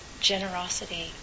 generosity